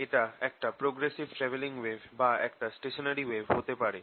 এটা একটা progressive travelling wave বা একটা stationary wave হতে পারে